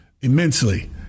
immensely